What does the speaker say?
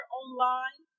online